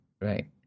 right